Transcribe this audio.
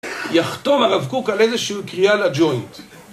יחתום הרב קוק על איזושהי קריאה לג'וינט